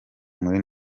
muri